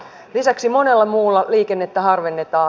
lisäksi monella muulla liikennettä harvennetaan